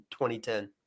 2010